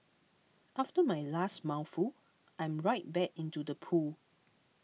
after my last mouthful I'm right back into the pool